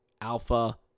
Alpha